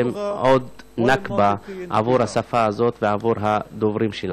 עוד נכבה עבור השפה הזאת ועבור הדוברים שלה.